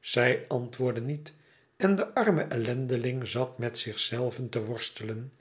zij antwoordde niet en de arme ellendeling zat met zich zelven te worstelen